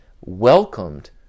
welcomed